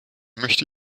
möchte